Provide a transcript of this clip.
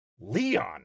Leon